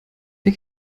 der